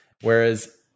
Whereas